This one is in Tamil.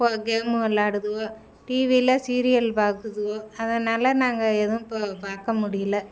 இப்போது கேம் விளாடுதுவோ டிவியில் சீரியல் பார்க்குதுவோ அதனால் நாங்கள் எதுவும் இப்போது பார்க்க முடியல